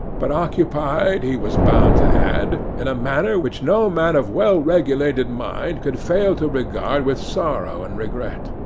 but occupied, he was bound to add, in a manner which no man of well-regulated mind could fail to regard with sorrow and regret.